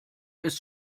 ist